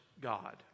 God